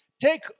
Take